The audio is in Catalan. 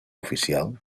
oficial